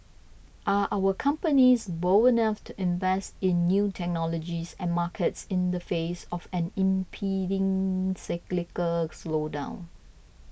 are our companies bold enough to invest in new technology and markets in the face of an impending cyclical slowdown